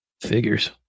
Figures